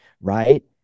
Right